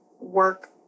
work